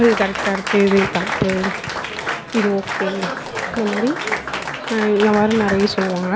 இது கரெக்ட்டாக இருக்கு இது தப்பு இது ஓகே இந்த மாதிரி எல்லா வாரம் நிறையா சொல்லுவாங்க